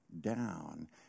down